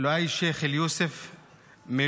לואי שייח אל יוסף מלוד,